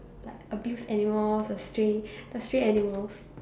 like abused animals the stray the stray animals